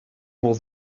more